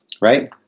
Right